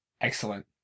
Excellent